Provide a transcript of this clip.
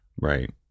Right